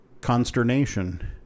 consternation